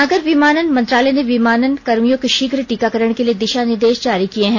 नागर विमानन मंत्रालय ने विमानन कर्मियों के शीघ्र टीकाकरण के लिए दिशा निर्देश जारी किए हैं